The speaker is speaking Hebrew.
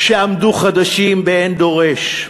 שעמדו חדשים באין דורש,